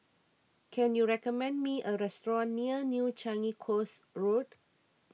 can you recommend me a restaurant near New Changi Coast Road